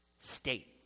state